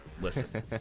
listen